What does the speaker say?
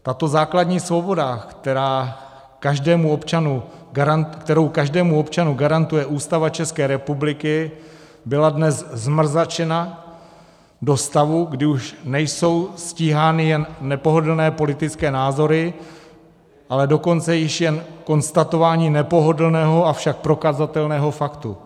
Tato základní svoboda, kterou každému občanu garantuje Ústava České republiky, byla dnes zmrzačena do stavu, kdy už nejsou stíhány jen nepohodlné politické názory, ale dokonce již jen konstatování nepohodlného, avšak prokazatelného faktu.